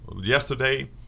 yesterday